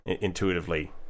intuitively